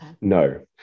no